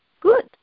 good